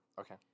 Okay